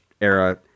era